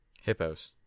Hippos